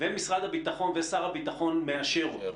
ומשרד הביטחון ושר הביטחון מאשר אותו.